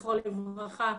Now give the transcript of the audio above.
זכרו לברכה,